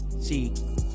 See